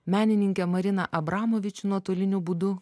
menininkę mariną abramovič nuotoliniu būdu